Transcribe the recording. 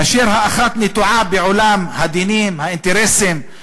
אשר האחת נטועה בעולם הדינים/ האינטרסים/